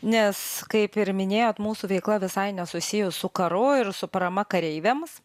nes kaip ir minėjot mūsų veikla visai nesusijus su karu ir su parama kareiviams